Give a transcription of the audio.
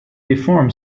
deformed